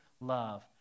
love